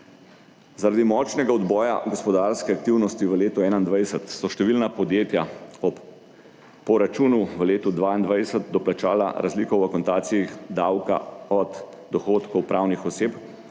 Zaradi močnega odboja gospodarske aktivnosti v letu 2021 so številna podjetja ob poračunu v letu 2022 doplačala razliko v akontaciji davka od dohodkov pravnih oseb,